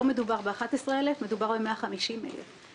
לא מדובר ב-11,000 משפחות אלא ב-150,000 משפחות.